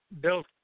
built